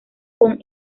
con